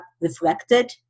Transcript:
reflected